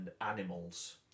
animals